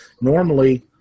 normally